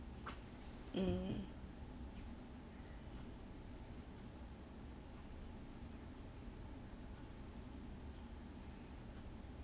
mm